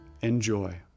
enjoy